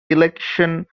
election